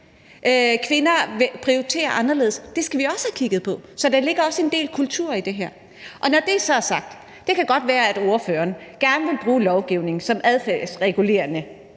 Kvinder vil prioritere anderledes, og det skal vi også have kigget på. Så der ligger også en del kultur i det her. Når det så er sagt: Det kan godt være, at ordføreren gerne vil bruge lovgivningen som adfærdsregulerende.